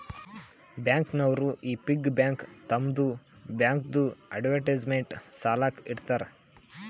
bank ನವರು ಈ piggy bank ತಮ್ಮದು ಬ್ಯಾಂಕ್ದು ಅಡ್ವರ್ಟೈಸ್ಮೆಂಟ್ ಸಲಾಕ ಇಡ್ತಾರ